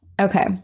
Okay